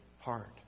heart